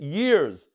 years